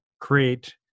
create